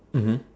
mmhmm